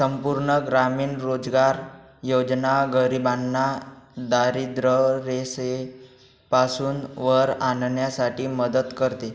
संपूर्ण ग्रामीण रोजगार योजना गरिबांना दारिद्ररेषेपासून वर आणण्यासाठी मदत करते